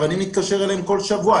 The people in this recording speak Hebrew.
אני מתקשר אליהם כל שבוע,